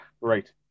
right